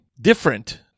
Different